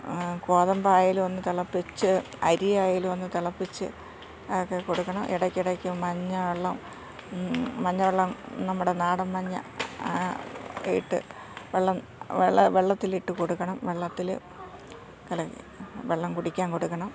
കോതമ്പായാലും ഒന്ന് തിളപ്പിച്ചു അരി ആയാലും ഒന്ന് തിളപ്പിച്ചു ഒക്കെ കൊടുക്കണം ഇടയ്ക്കിടയ്ക്ക് മഞ്ഞ വെള്ളം മഞ്ഞ വെള്ളം നമ്മുടെ നാടൻ മഞ്ഞ ഇട്ട് വെള്ളം വെള്ള വെള്ളത്തിലിട്ട് കൊടുക്കണം വെള്ളത്തിൽ കലക്കി വെള്ളം കുടിക്കാൻ കൊടുക്കണം